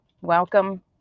welcome